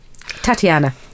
tatiana